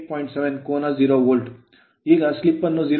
7 ಕೋನ 0 ವೋಲ್ಟ್ ಈಗ slip slip ಅನ್ನು 0